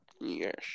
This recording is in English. Yes